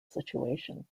situation